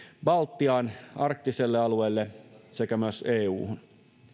baltiaan arktiselle alueelle sekä myös euhun